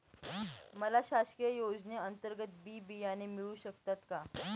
मला शासकीय योजने अंतर्गत बी बियाणे मिळू शकतात का?